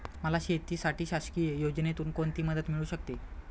मला शेतीसाठी शासकीय योजनेतून कोणतीमदत मिळू शकते?